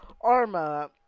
Arma